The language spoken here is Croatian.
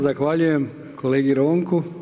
Zahvaljujem kolegi Ronku.